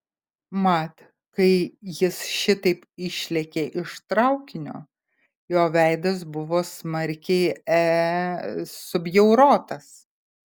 mat kai jis šitaip išlėkė iš traukinio jo veidas buvo smarkiai e subjaurotas